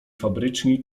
fabryczni